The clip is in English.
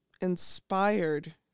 inspired